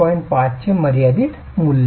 5 चे मर्यादित मूल्य आहे